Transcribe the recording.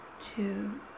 two